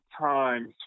times